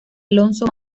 alonso